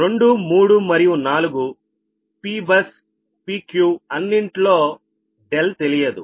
2 3 మరియు 4 P bus PQ అన్నింట్లో తెలియదు